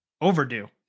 Overdue